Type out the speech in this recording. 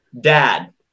dad